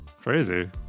crazy